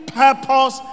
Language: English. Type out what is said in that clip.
purpose